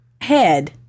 head